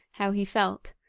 how he felt,